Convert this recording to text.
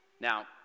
Now